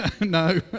no